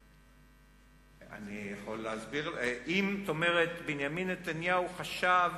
אני יכול להסביר: אם בנימין נתניהו חשב